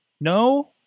No